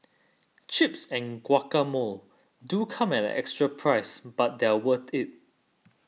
chips and guacamole do come at an extra price but they're worth it